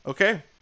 Okay